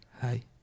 Hi